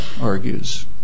argues